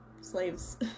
slaves